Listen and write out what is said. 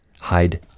hide